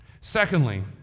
Secondly